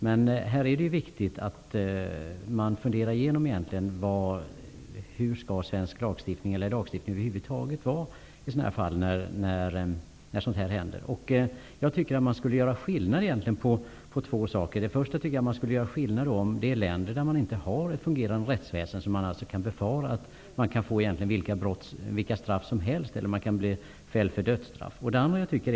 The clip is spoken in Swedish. Det är viktigt att man funderar igenom hur svensk lagstiftning över huvud taget skall vara utformad i de fall liknande händelser inträffar. Det finns länder som inte har ett fungerande rättsväsende, där vilka straff som helst eller t.o.m. dödsstraff kan utdömas.